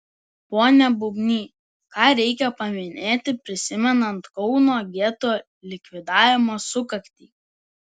pone bubny ką reikia paminėti prisimenant kauno geto likvidavimo sukaktį